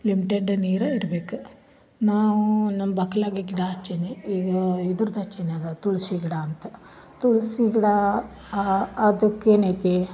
limited ನೀರು ಇರಬೇಕು ನಾವು ನಮ್ಮ ಬಾಕ್ಲಗೆ ಗಿಡ ಹಚ್ಚಿನಿ ಈಗ ಇದರದ್ದು ಹಚ್ಚಿನಿ ಯಾವುದು ತುಳ್ಸಿ ಗಿಡ ಅಂತ ತುಳ್ಸಿ ಗಿಡ ಅದಕ್ಕೆ ಏನೈತಿ